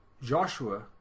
Joshua